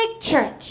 church